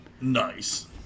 Nice